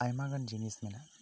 ᱟᱭᱢᱟ ᱜᱟᱱ ᱡᱤᱱᱤᱥ ᱢᱮᱱᱟᱜᱼᱟ